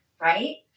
right